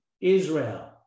Israel